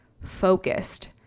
focused